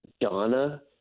Donna